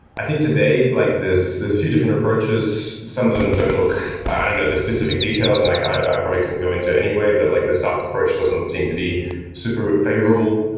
i think today like there's a few different approaches. some of them don't look i don't know the specific details and like i probably couldn't go into anyway, but like the soft approach doesn't seem to be super favorable.